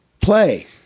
play